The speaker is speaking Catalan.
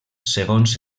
segons